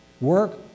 work